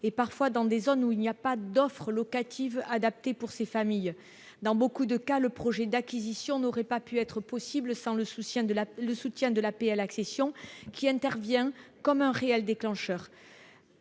et parfois dans des zones où il n'y a pas d'offre locative adaptée pour ces familles, dans beaucoup de cas, le projet d'acquisition n'aurait pas pu être possible sans le soutien de la le soutien de l'APL accession qui intervient comme un réel déclencheur